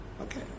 Okay